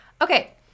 Okay